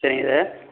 சரிங்க சார்